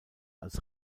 als